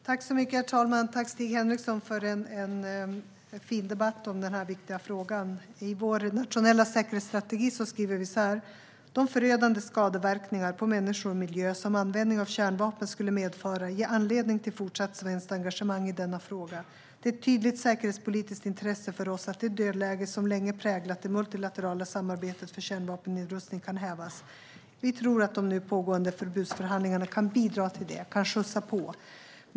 Herr talman! Tack, Stig Henriksson, för en fin debatt om denna viktiga fråga! I vår nationella säkerhetsstrategi skriver vi så här: "De förödande skadeverkningar på människor och miljö som användning av kärnvapen skulle medföra ger anledning till fortsatt svenskt engagemang i denna fråga. Det är ett tydligt säkerhetspolitiskt intresse för oss att det dödläge som länge präglat det multilaterala samarbetet för kärnvapennedrustning kan hävas." Vi tror att de nu pågående förbudsförhandlingarna kan bidra till detta och att de kan skjutsa på.